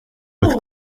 with